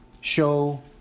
show